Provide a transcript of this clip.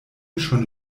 schon